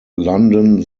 london